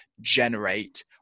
generate